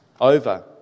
over